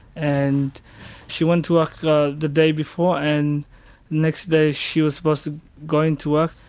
and she went to work the day before and next day she was supposed to go into work.